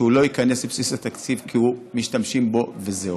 שלא ייכנס לבסיס התקציב כי משתמשים בו וזהו,